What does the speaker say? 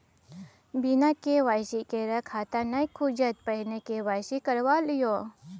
बिना के.वाई.सी केर खाता नहि खुजत, पहिने के.वाई.सी करवा लिअ